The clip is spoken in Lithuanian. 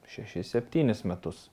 šešis septynis metus